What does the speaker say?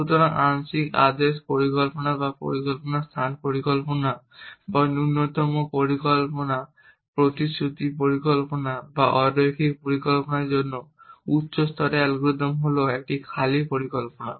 সুতরাং আংশিক আদেশ পরিকল্পনা বা পরিকল্পনা স্থান পরিকল্পনা বা ন্যূনতম প্রতিশ্রুতি পরিকল্পনা বা অরৈখিক পরিকল্পনার জন্য উচ্চ স্তরের অ্যালগরিদম হল একটি খালি পরিকল্পনা